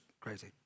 crazy